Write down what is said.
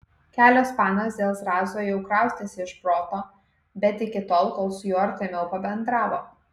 kelios panos dėl zrazo jau kraustėsi iš proto bet iki tol kol su juo artimiau pabendravo